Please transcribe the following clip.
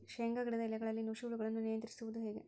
ಶೇಂಗಾ ಗಿಡದ ಎಲೆಗಳಲ್ಲಿ ನುಷಿ ಹುಳುಗಳನ್ನು ನಿಯಂತ್ರಿಸುವುದು ಹೇಗೆ?